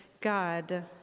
God